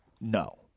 No